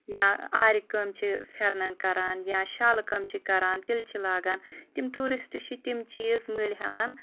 یا آرِ کٲم چھِ فیٚرنن کران یا شالہٕ کٲم چھِ کران تِلہٕ چھِ لاگان تم ٹیٚورسٹ چھِ تم چیٖز مٔلۍ ہیٚوان